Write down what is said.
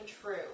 true